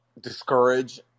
discourage